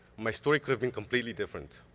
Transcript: my story could have been completely different.